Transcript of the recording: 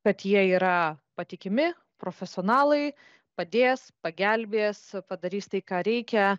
kad jie yra patikimi profesionalai padės pagelbės padarys tai ką reikia